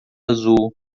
azul